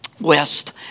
west